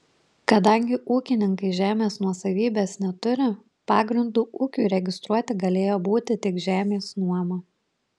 kadangi ūkininkai žemės nuosavybės neturi pagrindu ūkiui registruoti galėjo būti tik žemės nuoma